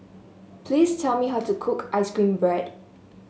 please tell me how to cook ice cream bread